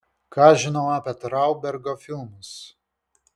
ką žinau apie traubergo filmus